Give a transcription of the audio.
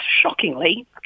shockingly